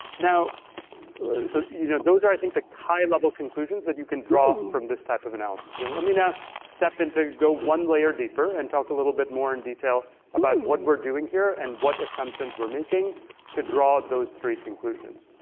so you know those are i think the high level conclusions that you can draw from this type of analysis. so let me now step and to go one layer deeper and talk a little bit more in detail about what we're doing here and what assumptions we're making to draw those three conclusions.